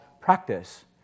practice